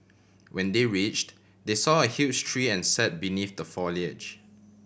when they reached they saw a huge tree and sat beneath the foliage